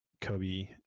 Kobe